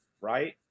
right